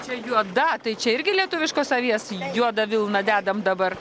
čia juoda tai čia irgi lietuviškos avies juodą vilną dedam dabar